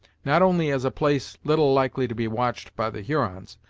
not only as a place little likely to be watched by the hurons,